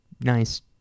nice